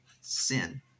sin